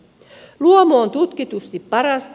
luomu on tutkitusti parasta